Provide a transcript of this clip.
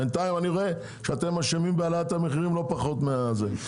בינתיים אני רואה שאתם אשמים בהעלאת המחירים לא פחות מהזה.